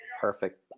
Perfect